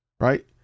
right